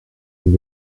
and